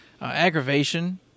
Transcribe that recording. aggravation